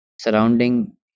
surrounding